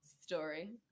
story